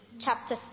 chapter